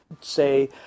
say